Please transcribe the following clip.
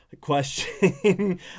question